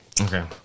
Okay